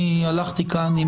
אני הלכתי כאן עם